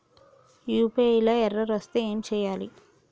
UPI లా error వస్తే ఏం చేయాలి?